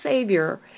Savior